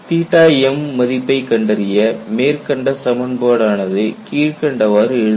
m மதிப்பை கண்டறிய மேற்கண்ட சமன்பாடு ஆனது கீழ்கண்டவாறு எழுதப்படுகிறது